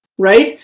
right,